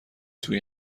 توی